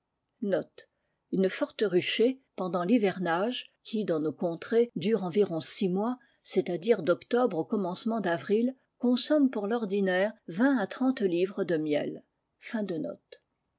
jne forte ruchée pendant rhivernae qui dans nos ées dure environ six mois c'est-à-dire d'octobre au mencement d'avril consomme pour l'ordinaire vingt à livres de miel